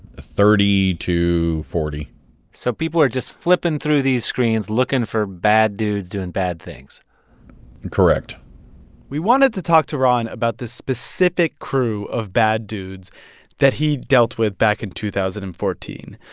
thirty to forty point so people are just flipping through these screens, looking for bad dudes doing bad things correct we wanted to talk to ron about the specific crew of bad dudes that he dealt with back in two thousand and fourteen.